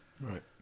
Right